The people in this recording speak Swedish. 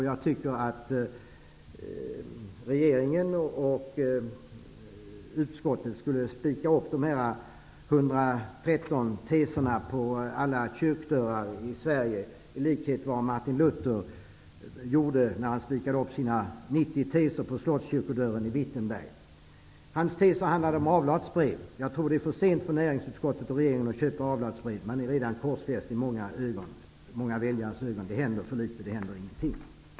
Jag tycker att regeringen och utskottet skulle låta spika dessa 113 teser på alla kyrkdörrar i Sverige, ungefär som när Martin Luther spikade sina 90 teser på slottskyrkodörren i Wittenberg. Hans teser handlade om avlatsbrev. Jag tror det är för sent för näringsutskottet och regeringen att köpa avlatsbrev -- man är redan korsfäst i många väljares ögon. Det händer för litet -- det händer ingenting.